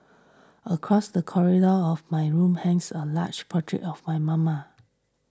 across the corridor of my room hangs a large portrait of my mama